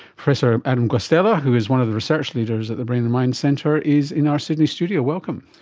professor adam guastella, who is one of the research leaders at the brain and mind centre, is in our sydney studio. welcome.